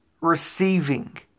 receiving